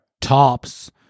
tops